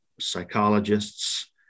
psychologists